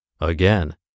again